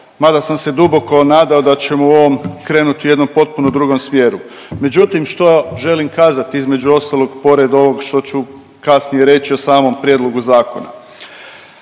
mada sam se duboko nadao da ćemo u ovom krenuti u jednom potpuno drugom smjeru. Međutim, što želim kazat između ostalog pored ovog što ću kasnije reći o samom prijedlogu zakona?